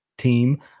team